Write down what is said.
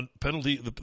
penalty